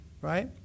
right